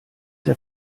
der